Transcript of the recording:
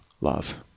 love